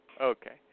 okay